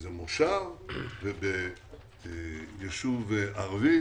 ובאיזה מושב וביישוב ערבי,